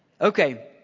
Okay